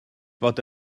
bod